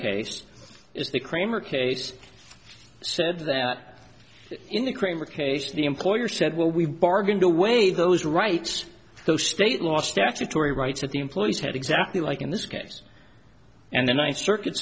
the kramer case said that in the kramer case the employer said well we've bargained away those rights those state law statutory rights that the employees had exactly like in this case and the ninth circuit